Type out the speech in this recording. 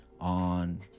on